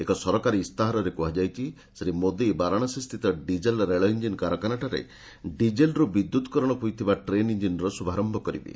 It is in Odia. ଏକ ସରକାରୀ ଇସ୍ତାହାରରେ କୁହାଯାଇଛି ଶ୍ରୀ ମୋଦୀ ବାରଣାସୀ ସ୍ଥିତ ଡିଜେଲ ରେଳଇଞ୍ଜିନ କାରଖାନାଠାରେ ଡିଜେଲରୁ ବିଦ୍ୟୁତକରଣ ହୋଇଥିବା ଟ୍ରେନ ଇଞ୍ଜିନର ଶୁଭାରମ୍ଭ କରିବେ